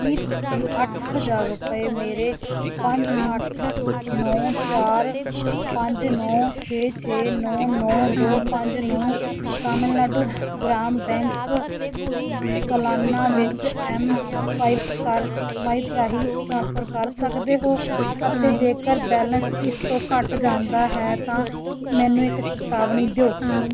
ਕੀ ਤੁਸੀਂਂ ਅੱਠ ਹਜ਼ਾਰ ਰੁਪਏ ਮੇਰੇ ਪੰਜ ਅੱਠ ਨੌਂ ਚਾਰ ਪੰਜ ਨੌਂ ਛੇ ਛੇ ਨੌਂ ਨੌਂ ਦੋ ਪੰਜ ਨੂੰ ਤਾਮਿਲਨਾਡੂ ਗ੍ਰਾਮ ਬੈਂਕ ਸਾਲਾਨਾ ਵਿੱਚ ਐੱਮਸਵਾਇਪ ਕਰ ਸਵਾਇਪ ਰਾਹੀਂ ਟ੍ਰਾਂਸਫਰ ਕਰ ਸਕਦੇ ਹੋ ਅਤੇ ਜੇਕਰ ਬੈਲੇਂਸ ਇਸ ਤੋਂ ਘੱਟ ਜਾਂਦਾ ਹੈ ਤਾਂ ਮੈਨੂੰ ਇੱਕ ਚੇਤਾਵਨੀ ਦਿਓ